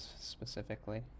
specifically